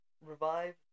Revive